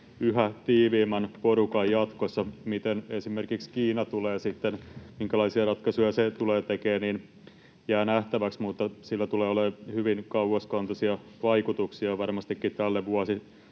yhä tiiviimmän porukan jatkossa. Minkälaisia ratkaisuja sitten esimerkiksi Kiina tulee tekemään, jää nähtäväksi, mutta sillä tulee olemaan hyvin kauaskantoisia vaikutuksia varmastikin tälle vuosisadallekin.